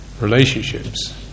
Relationships